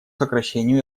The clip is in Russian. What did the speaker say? сокращению